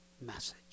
message